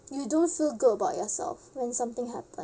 you don't feel good about yourself when something happen